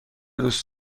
دوست